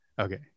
Okay